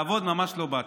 לעבוד ממש לא באתם.